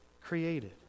created